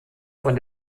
von